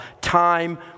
Time